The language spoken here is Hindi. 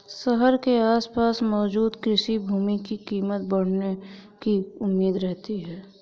शहर के आसपास मौजूद कृषि भूमि की कीमत बढ़ने की उम्मीद रहती है